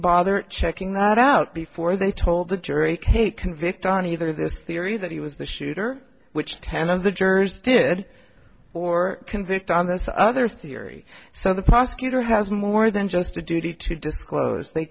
bother checking that out before they told the jury k convict on either this theory that he was the shooter which ten of the jurors did or convict on this other theory so the prosecutor has more than just a duty to disclose they